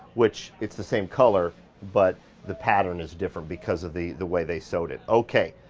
which it's the same color but the pattern is different because of the the way they sewed it. okay,